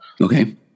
Okay